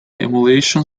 emulation